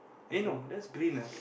eh no that's green ah